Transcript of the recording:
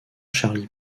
charlie